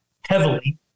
heavily